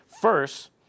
first